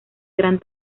gran